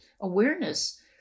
awareness